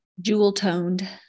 Jewel-toned